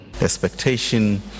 expectation